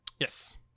Yes